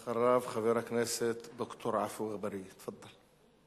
אחריו, חבר הכנסת ד"ר עפו אגבאריה, תפאדל.